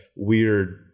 weird